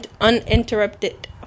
uninterrupted